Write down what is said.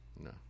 no